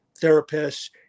therapists